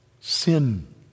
sin